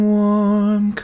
warm